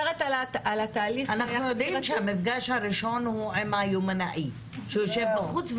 אנחנו יודעים שהמפגש הראשון הוא עם היומנאי שיושב בחוץ,